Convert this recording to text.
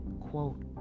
quote